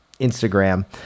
instagram